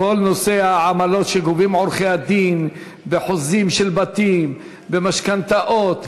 כל נושא העמלות שגובים עורכי-הדין בחוזים של בתים ומשכנתאות,